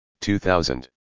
2000